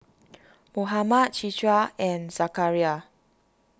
Muhammad Citra and Zakaria